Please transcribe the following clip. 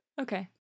Okay